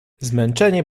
zmęczenie